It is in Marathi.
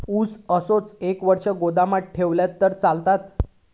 ऊस असोच एक वर्ष गोदामात ठेवलंय तर चालात?